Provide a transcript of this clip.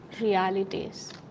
realities